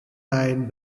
eyed